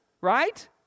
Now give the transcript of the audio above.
right